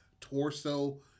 torso